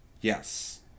Yes